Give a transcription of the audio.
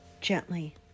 Gently